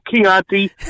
Chianti